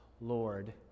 Lord